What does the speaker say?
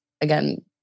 again